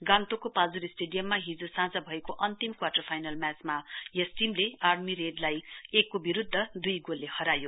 गान्तोकको पाल्जोर स्टेडियममा हिजो साँझ भएको अन्तिम क्वार्टर फाइनल म्याचमा यस टीमले आर्मी रेडलाई एकको विरूद्ध दूई गोलले हरायो